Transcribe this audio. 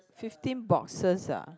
fifteen boxes ah